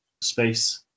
space